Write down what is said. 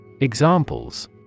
Examples